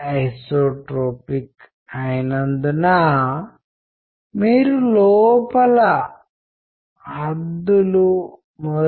ఏ సంస్కృతులలో కోక్ ప్రోత్సహించబడినదిచిన్న పిల్లల సంస్కృతులు కావచ్చు